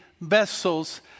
vessels